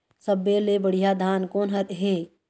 सब्बो ले बढ़िया धान कोन हर हे?